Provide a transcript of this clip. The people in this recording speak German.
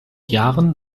jahren